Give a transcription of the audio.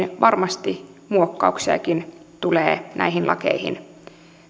varmasti muokkauksiakin tulee näihin lakeihin